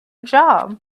job